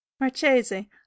Marchese